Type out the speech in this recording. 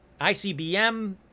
ICBM